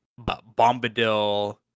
Bombadil